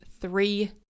three